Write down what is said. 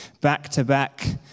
back-to-back